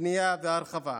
בנייה והרחבה.